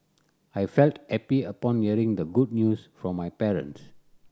I felt happy upon hearing the good news from my parents